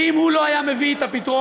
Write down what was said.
שאם הוא לא היה מביא את הפתרון,